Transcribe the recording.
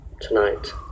tonight